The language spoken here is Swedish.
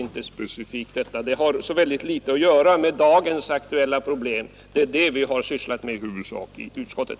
Men detta har mycket litet att göra med dagens aktuella problem, och det är i huvudsak dessa vi sysslat med i utskottet.